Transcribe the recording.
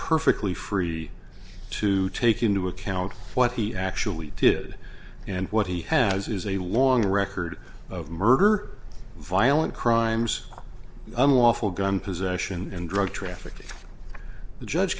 perfectly free to take into account what he actually did and what he has is a long record of murder violent crimes unlawful gun possession and drug trafficking the judge